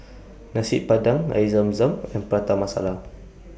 Nasi Padang Air Zam Zam and Prata Masala